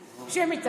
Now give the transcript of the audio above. קריאה: מה רע,